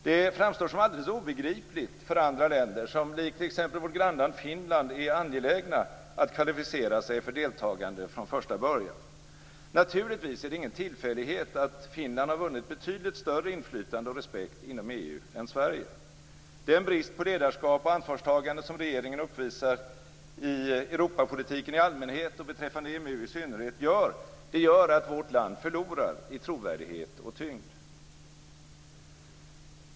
Det framstår som alldeles obegripligt för andra länder, som likt t.ex. vårt grannland Finland är angelägna att kvalificera sig för deltagande från första början. Naturligtvis är det ingen tillfällighet att Finland har vunnit betydligt större inflytande och respekt inom EU än Sverige. Den brist på ledarskap och ansvarstagande som regeringen uppvisar i Europapolitiken i allmänhet och beträffande EMU i synnerhet gör att vårt land förlorar i trovärdighet och tyngd.